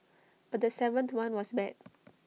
but the seventh one was bad